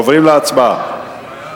עוברים להצבעה.